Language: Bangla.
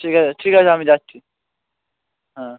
ঠিক আছে ঠিক আছে আমি যাচ্ছি হ্যাঁ